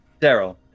Daryl